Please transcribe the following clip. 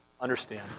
Understand